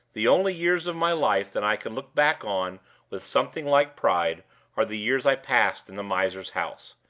the only years of my life that i can look back on with something like pride are the years i passed in the miser's house.